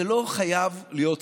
זה לא חייב להיות כך.